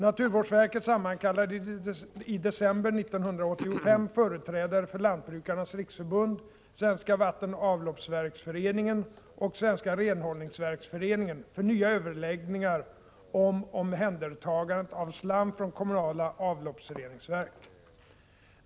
Naturvårdsverket sammankallade i december 1985 företrädare för Lantbrukarnas riksförbund, Svenska vattenoch avloppsverksföreningen och Svenska renhållningsverksföreningen för nya överläggningar om omhändertagande av slam från kommunala avloppsreningsverk.